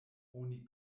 oni